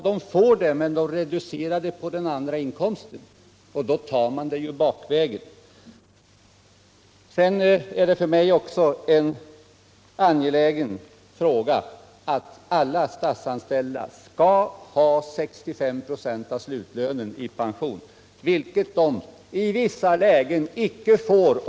Men när de får det, reduceras den andra inkomsten — man tar det alltså bakvägen. En angelägen fråga för mig är också att alla statsanställda skall ha 65 96 av slutlönen i pension, vilket de i vissa lägen inte får.